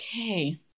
Okay